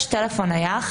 טלפון נייח.